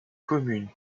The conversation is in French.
commune